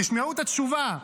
תשמעו את התשובה: